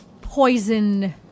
poison